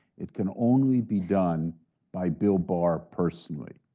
it can only be done by bill barr personally.